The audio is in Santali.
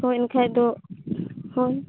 ᱦᱳᱭ ᱮᱱᱠᱷᱟᱱ ᱫᱚ ᱦᱳᱭ